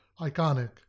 iconic